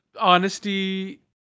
honesty